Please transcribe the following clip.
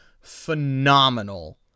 phenomenal